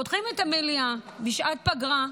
פותחים את המליאה בשעת פגרה,